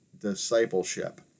discipleship